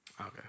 Okay